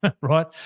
right